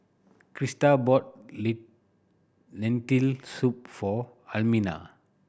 Christa bought Lentil Soup for Almina